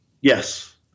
Yes